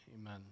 Amen